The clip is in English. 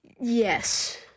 Yes